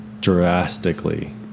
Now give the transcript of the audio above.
drastically